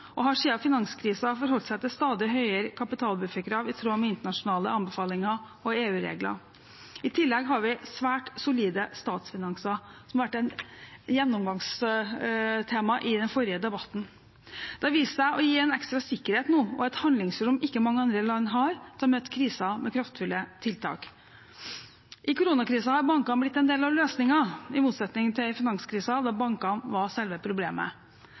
og har siden finanskrisen forholdt seg til stadig høyere kapitalbufferkrav i tråd med internasjonale anbefalinger og EU-regler. I tillegg har vi svært solide statsfinanser – som var et gjennomgangstema i den forrige debatten. Det har nå vist seg å gi en ekstra sikkerhet og et handlingsrom ikke mange andre land har, til å møte krisen med kraftfulle tiltak. I koronakrisen har bankene blitt en del av løsningen, i motsetning til i finanskrisen, da bankene var selve problemet.